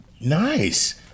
Nice